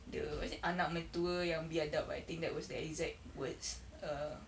the what's that anak mertua yang biadap I think that was the exact words err